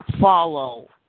follow